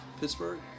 Pittsburgh